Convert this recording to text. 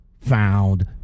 found